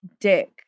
dick